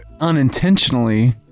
unintentionally